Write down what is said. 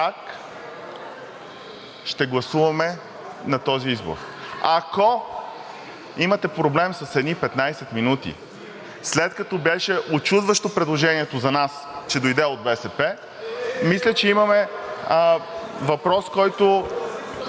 как ще гласуваме на този избор. Ако имате проблем с едни 15 минути, след като беше учудващо предложението за нас, че дойде от БСП, мисля, че имаме въпрос, който